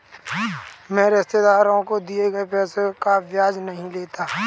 मैं रिश्तेदारों को दिए गए पैसे का ब्याज नहीं लेता